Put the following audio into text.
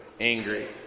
angry